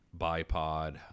bipod